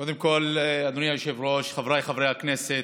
קודם כול, אדוני היושב-ראש, חבריי חברי הכנסת,